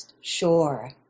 shore